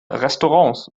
restaurants